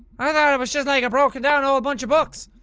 i thought it was just like a broken down old bunch of books?